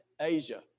Asia